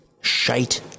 shite